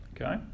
Okay